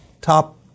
top